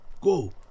go